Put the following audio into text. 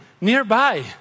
nearby